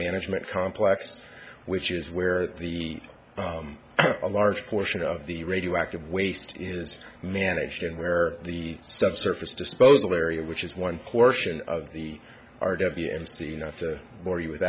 management complex which is where the a large portion of the radioactive waste is managed and where the subsurface disposal area which is one portion of the art of the m c u not to bore you with